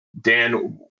Dan